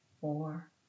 four